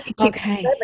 okay